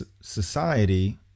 society